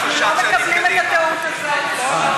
אנחנו לא מקבלים את הטעות הזאת.